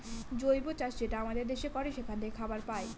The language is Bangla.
জৈব চাষ যেটা আমাদের দেশে করে সেখান থাকে খাবার পায়